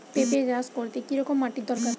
পেঁপে চাষ করতে কি রকম মাটির দরকার?